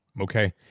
Okay